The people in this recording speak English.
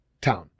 town